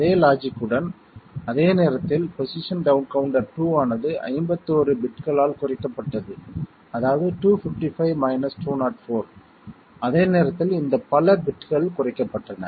அதே லாஜிக் உடன் அதே நேரத்தில் பொசிஷன் டவுன் கவுண்டர் 2 ஆனது 51 பிட்களால் குறைக்கப்பட்டது அதாவது 255 204 அதே நேரத்தில் இந்த பல பிட்கள் குறைக்கப்பட்டன